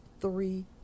three